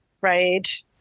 right